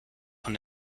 von